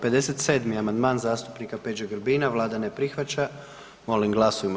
57. amandman zastupnika Peđe Grbina, Vlada ne prihvaća, molim glasujmo.